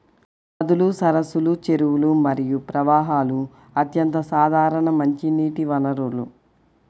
నదులు, సరస్సులు, చెరువులు మరియు ప్రవాహాలు అత్యంత సాధారణ మంచినీటి వనరులు